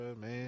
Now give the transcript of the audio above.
man